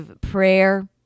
Prayer